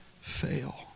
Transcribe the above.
fail